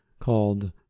called